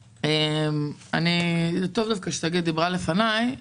טוב ששגית דיברה לפניי.